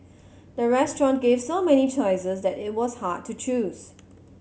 the restaurant gave so many choices that it was hard to choose